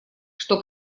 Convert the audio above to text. что